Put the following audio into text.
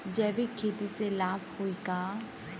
जैविक खेती से लाभ होई का?